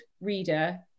reader